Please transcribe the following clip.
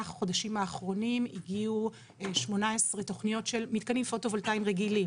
החודשים האחרונים הגיעו 18 תכניות של מתקנים פוטו וולטאיים רגילים,